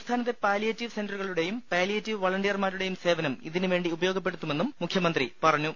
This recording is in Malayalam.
സംസ്ഥാനത്തെ പാലിയേറ്റീവ് സെന്ററുകളുടെയും പാലിയേറ്റീവ് വളണ്ടിയർമാരുടെയും സേവനം ഇതിന് വേണ്ടി ഉപയോഗപ്പെടുത്തുമെന്നും മുഖ്യമന്ത്രി പറഞ്ഞു